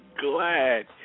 glad